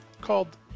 called